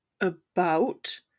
About